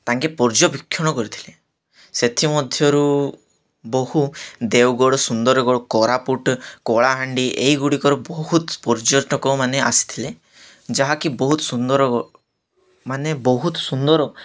ତାଙ୍କେ ପର୍ଯ୍ୟବେକ୍ଷଣ କରିଥିଲେ ସେଥିମଧ୍ୟରୁ ବହୁ ଦେଓଗଡ଼ ସୁନ୍ଦରଗଡ଼ କରାପୁଟ କଳାହାଣ୍ଡି ଏହି ଗୁଡ଼ିକର ବହୁତ ପର୍ଯ୍ୟଟକମାନେ ଆସିଥିଲେ ଯାହାକି ବହୁତ ସୁନ୍ଦର ମାନେ ବହୁତ ସୁନ୍ଦର